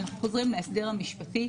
אנחנו חוזרים להסדר המשפטי,